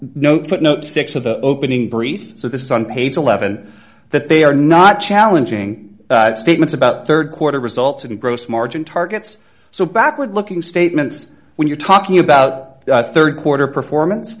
no footnote six of the opening brief so this is on page eleven that they are not challenging statements about rd quarter results in gross margin targets so backward looking statements when you're talking about rd quarter performance